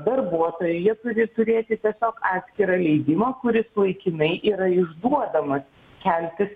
darbuotojai jie turi turėti tiesiog atskirą leidimą kuris laikinai yra išduodamas keltis